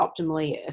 optimally